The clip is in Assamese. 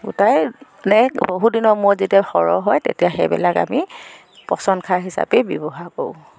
গোটাই মানে বহু দিনৰ মূৰত যেতিয়া সৰহ হয় তেতিয়া সেইবিলাক আমি পচন সাৰ হিচাপেই ব্যৱহাৰ কৰোঁ